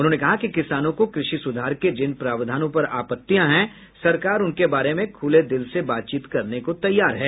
उन्होंने कहा कि किसानों को कृषि सुधार के जिन प्रावधानों पर आपत्तियां हैं सरकार उनके बारे में खूले दिल से बातचीत करने को तैयार है